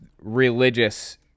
religious